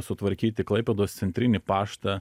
sutvarkyti klaipėdos centrinį paštą